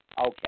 Okay